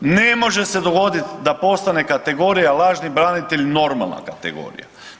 Ne može se dogodit da postane kategorija lažni branitelj normalna kategorija.